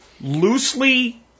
loosely